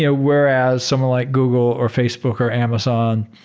yeah whereas someone like google, or facebook, or amazon,